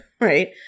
right